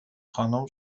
خانم